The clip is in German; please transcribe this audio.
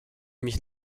mich